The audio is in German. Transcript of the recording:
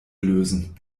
lösen